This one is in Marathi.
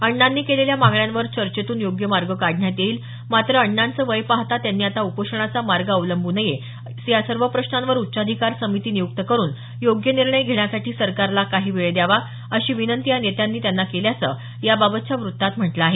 अण्णांनी केलेल्या मागण्यांवर चर्चेतून योग्य मार्ग काढण्यात येईल मात्र अण्णांचं वय पाहता त्यांनी आता उपोषणाचा मार्ग अवलंबून नये या सर्व प्रश्नांवर उच्चाधिकार समिती निय़क्त करून योग्य निर्णय घेण्यासाठी सरकारला काही वेळ द्यावा अशी विनंती या नेत्यांनी त्यांना केल्याचं याबाबतच्या वृत्तात म्हटलं आहे